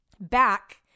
back